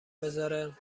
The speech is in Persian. بزاره